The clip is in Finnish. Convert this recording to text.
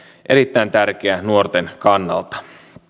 erittäin tärkeä nuorten kannalta